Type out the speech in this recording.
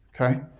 Okay